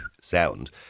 sound